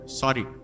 sorry